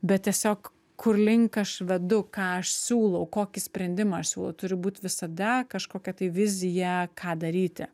bet tiesiog kur link aš vedu ką aš siūlau kokį sprendimą aš siūlau turi būt visada kažkokia tai vizija ką daryti